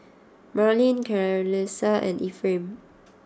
Marlene Clarisa and Ephraim